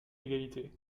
égalité